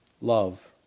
love